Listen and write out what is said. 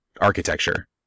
architecture